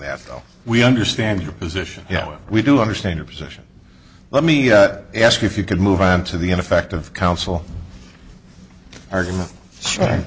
that we understand your position you know we do understand your position let me ask you if you could move on to the ineffective counsel argument right